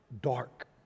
dark